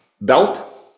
belt